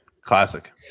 classic